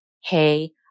hey